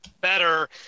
better